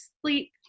sleep